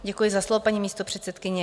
Děkuji za slovo, paní místopředsedkyně.